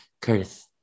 Curtis